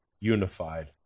unified